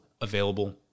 available